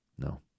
No